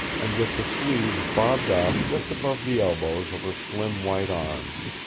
and with the sleeves bobbed off just above the elbows of her slim white arms.